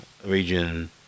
region